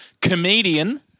comedian